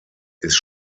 ist